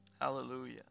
Hallelujah